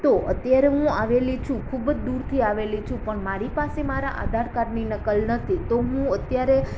તો અત્યારે હું આવેલી છું ખૂબ જ દૂરથી આવેલી છું પણ મારી પાસે મારા આધાર કાર્ડની નકલ નથી તો હું અત્યારે